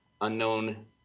unknown